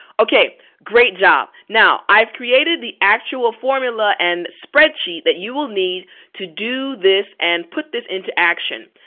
okay great job now i've created the actual formula and spreadsheet that you will need to do this and put this into action.